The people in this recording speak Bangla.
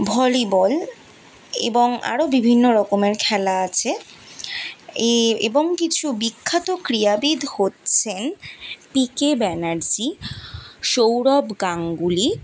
ভলিবল এবং আরও বিভিন্ন রকমের খেলা আছে এই এবং কিছু বিখ্যাত ক্রীড়াবিদ হচ্ছেন পিকে ব্যানার্জি সৌরভ গাঙ্গুলি